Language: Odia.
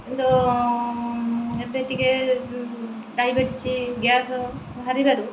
କିନ୍ତୁ ଏବେ ଟିକେ ଡାଇବେଟିସ ଗ୍ୟାସ ବାହାରିବାରୁ